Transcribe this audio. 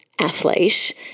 athlete